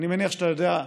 ואני מניח שאתה יודע,